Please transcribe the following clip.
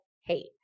hate